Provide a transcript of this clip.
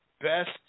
best